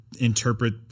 interpret